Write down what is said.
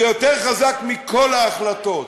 זה יותר חזק מכל ההחלטות.